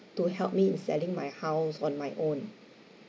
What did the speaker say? to help me in selling my house on my own